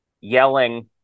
yelling